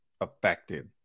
affected